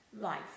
life